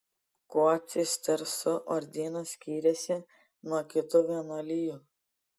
kuo cistersų ordinas skiriasi nuo kitų vienuolijų